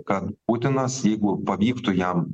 kad putinas jeigu pavyktų jam